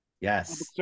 Yes